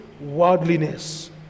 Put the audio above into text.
worldliness